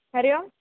हरिः ओम्